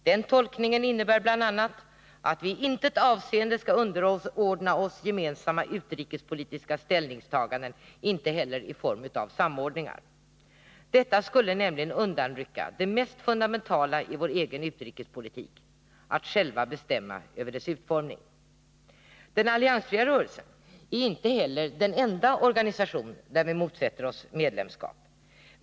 Den tolkningen innebär bl.a. att vi i intet avseende skall underordna oss gemensamma utrikespolitiska ställningstaganden, inte heller i form av samordningar. Detta skulle nämligen undanrycka det mest fundamentala i vår egen utrikespolitik — att själva bestämma över dess utformning. Den alliansfria rörelsen är inte heller den enda organisation som vi motsätter oss medlemskap i.